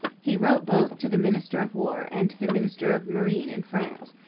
he wrote both to the minister of war and to the minister of marine in france,